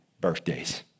birthdays